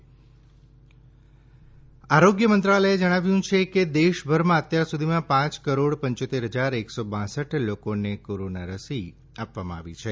રસીકરણ આરીગ્ય મંત્રાલયે જણાવ્યું છે કે દેશભરમાં અત્યાર સુધીમાં પાંચ કરોડ પંચોત્તેર હજાર એકસો બાસઠ લોકોને કોરોના વિરોધી રસી આપવામાં આવી છે